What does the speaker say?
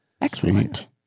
Excellent